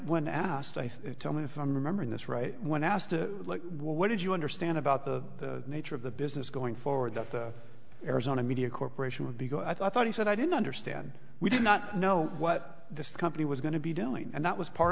when asked if tell me if i'm remembering this right when asked to what did you understand about the nature of the business going forward that the arizona media corporation would be go i thought he said i didn't understand we did not know what this company was going to be doing and that was part